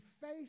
face